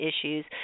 issues